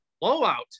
blowout